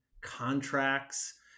contracts